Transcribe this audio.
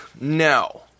no